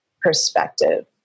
perspective